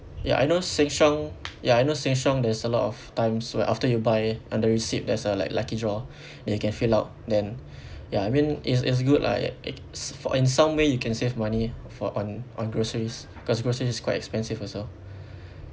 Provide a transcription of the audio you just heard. ya I know Sheng Siong ya I know Sheng Siong there's a lot of times when after you buy on the receipt there's a like lucky draw then you can fill out then ya I mean it's it's good lah it it's for in some way you can save money for on on groceries cause groceries is quite expensive also